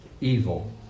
evil